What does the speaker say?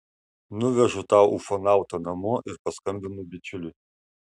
nuvežu tą ufonautą namo ir paskambinu bičiuliui